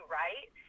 right